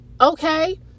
okay